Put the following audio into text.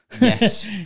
Yes